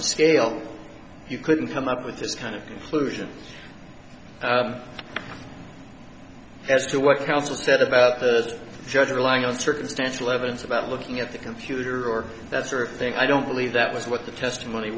the scale you couldn't come up with this kind of closure as to what counsel said about the judge relying on circumstantial evidence about looking at the computer or that sort of thing i don't believe that was what the testimony